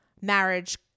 marriage